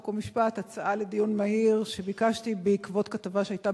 חוק ומשפט בהצעה לדיון מהיר שביקשתי בעקבות כתבה שהיתה